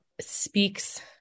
speaks